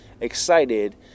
excited